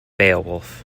beowulf